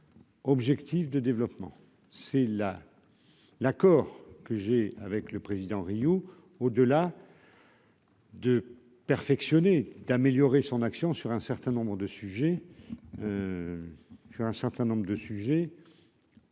Objectif de développement, c'est là l'accord que j'ai avec le président au. 2 perfectionner d'améliorer son action sur un certain nombre de sujets, j'ai un certain nombre de sujets.